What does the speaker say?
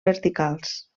verticals